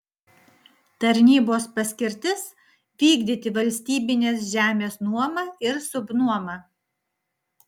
tarnybos paskirtis vykdyti valstybinės žemės nuomą ir subnuomą